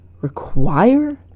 require